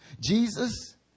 Jesus